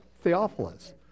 Theophilus